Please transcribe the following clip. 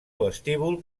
vestíbul